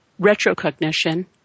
retrocognition